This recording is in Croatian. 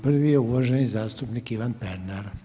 Prvi je uvaženi zastupnik Ivan Pernar.